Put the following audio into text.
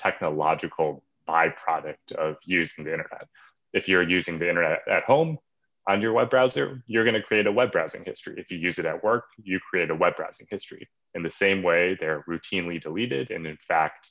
technological byproduct of using the internet if you're using the internet at home on your web browser you're going to create a web browsing history if you use it at work you create a web browsing history in the same way there routinely deleted and in fact